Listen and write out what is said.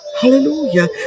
Hallelujah